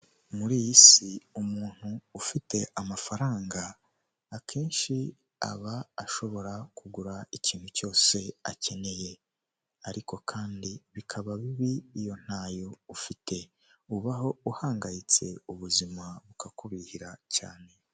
Muri iyi si umuntu ufite amafaranga, akenshi aba ashobora kugura ikintu cyose akeneye, ariko kandi bikaba bibi iyo ntayo ufite, ubaho uhangayitse ubuzima bukakubihira cyane.